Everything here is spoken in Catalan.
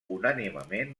unànimement